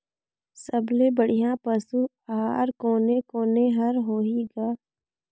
सबले बढ़िया पशु आहार कोने कोने हर होही ग?